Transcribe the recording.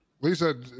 Lisa